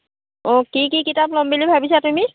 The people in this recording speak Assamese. অঁ কি কি কিতাপ ল'ম বুলি ভাবিছা তুমি